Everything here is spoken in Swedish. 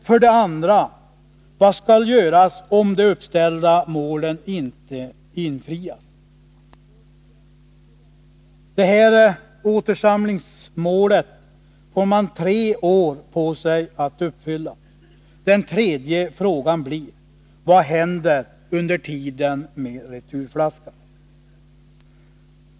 För det andra: Vad skall göras om de uppställda målen inte uppnås? Det här återsamlingsmålet har man tre år på sig att uppfylla. För det tredje: Vad händer under tiden med returflaskan?